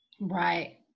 Right